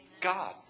God